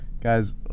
Guys